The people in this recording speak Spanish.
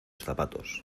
zapatos